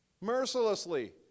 Mercilessly